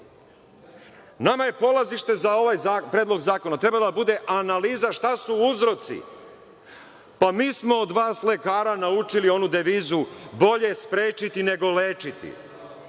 Nama polazište za predlog zakona treba da bude analiza šta su uzroci, pa mi smo od vas lekara naučili onu devizu – bolje sprečiti nego lečiti,